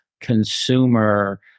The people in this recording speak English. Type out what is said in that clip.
consumer